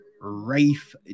Rafe